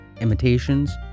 imitations